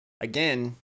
again